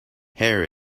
hair